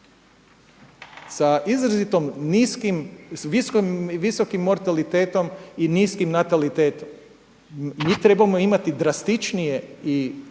sa izrazito visokim mortalitetom i niskim natalitetom. Njih trebamo imati drastičnije i